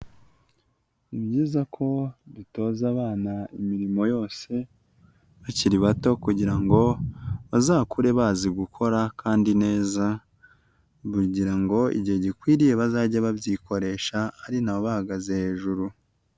Ni byiza ko dutoza abana imirimo yose, bakiri bato kugira ngo bazakure bazi gukora kandi neza kugira ngo igihe gikwiriye bazajye babyikoresha, ari ntawe ubahagaze hejuru.